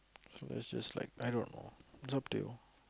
so this is like I don't know it's up to you